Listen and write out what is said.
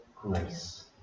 grace